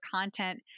content